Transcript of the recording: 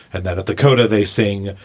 and then at the coda, they saying,